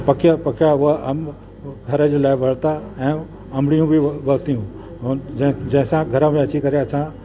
पकिया पका हुआ अंब घर जे लाइ वर्ता ऐं अंबड़ियूं बि वर्तियूं औरि जंहिं जंहिंसां घर में अची करे असां